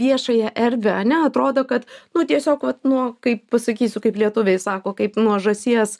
viešąją erdvę ane atrodo kad nu tiesiog vat nuo kaip pasakysiu kaip lietuviai sako kaip nuo žąsies